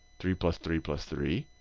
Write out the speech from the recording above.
three plus three plus three.